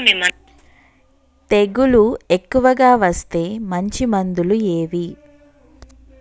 తెగులు ఎక్కువగా వస్తే మంచి మందులు ఏవి?